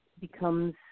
becomes